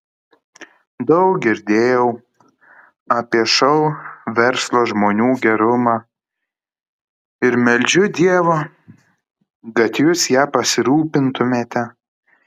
aš daug girdėjau apie šou verslo žmonių gerumą ir meldžiu dievo kad jūs ja pasirūpintumėte